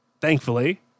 thankfully